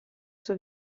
sua